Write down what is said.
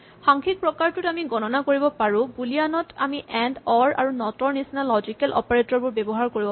সাংখ্যিক প্ৰকাৰটোত আমি গণনা কৰিব পাৰো বুলীয়ান ত আমি এন্ড অৰ আৰু নট ৰ নিচিনা লজিকেল অপাৰেটৰ বোৰ ব্যৱহাৰ কৰিব পাৰো